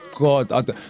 god